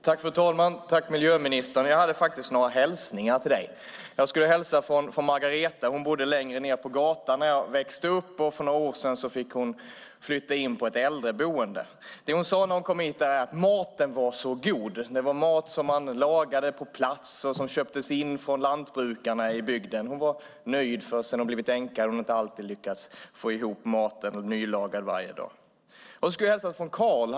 Fru talman! Tack, miljöministern! Jag har några hälsningar till dig. Jag skulle hälsa från Margareta. Hon bodde längre ned på gatan där jag växte upp. För några år sedan fick hon flytta in på ett äldreboende. Det hon sade när hon kom dit var att maten var så god. Det var mat som lagades på plats och som köptes in från lantbrukarna i bygden. Hon var nöjd, för sedan hon blivit änka hade hon inte alltid lyckats få ihop maten, nylagad mat varje dag. Jag skulle hälsa från Karl.